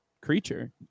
creature